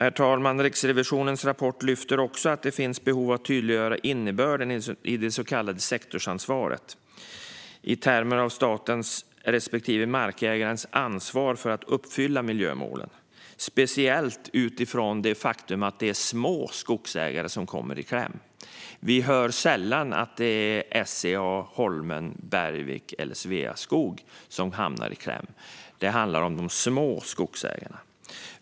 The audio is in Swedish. I Riksrevisionens rapport lyfts även fram att det finns behov av att tydliggöra innebörden i det så kallade sektorsansvaret, i termer av statens respektive markägarens ansvar för att uppfylla miljömålen, speciellt utifrån det faktum att det är små skogsägare som kommer i kläm. Vi hör sällan att det är SCA, Holmen, Bergvik eller Sveaskog som kommer i kläm. Det handlar om de små skogsägarna.